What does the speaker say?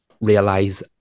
realize